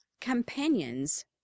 Companions